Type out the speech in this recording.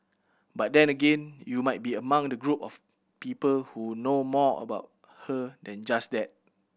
but then again you might be among the group of people who know more about her than just that